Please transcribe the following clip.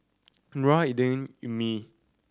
Nura Indra Ummi